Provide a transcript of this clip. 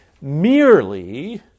merely